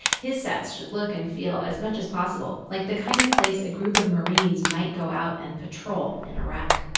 his sets should look and feel as much as possible like the kind of place a group of marines might go out and patrol in iraq.